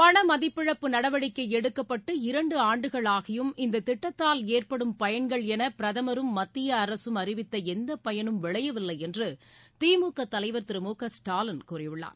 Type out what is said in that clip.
பணமதிப்பிழப்பு நடவடிக்கை எடுக்கப்பட்டு இரண்டு ஆண்டுகள் ஆகியும் இந்த திட்டத்தால் ஏற்படும் பயன்கள் என பிரதமரும் மத்திய அரசும் அறிவித்த எந்த பயனும் விளையவில்லை என்று திமுக தலைவர் திரு மு க ஸ்டாலின் கூறியுள்ளார்